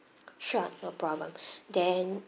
sure no problem then